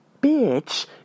bitch